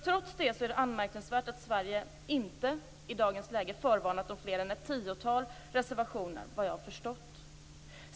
Trots det är det anmärkningsvärt att Sverige inte i dagens läge förvarnat om fler än ett tiotal reservationer, vad jag har förstått.